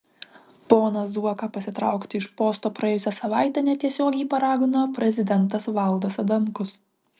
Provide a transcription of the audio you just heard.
poną zuoką pasitraukti iš posto praėjusią savaitę netiesiogiai paragino prezidentas valdas adamkus